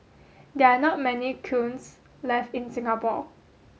there are not many kilns left in Singapore